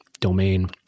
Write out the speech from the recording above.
domain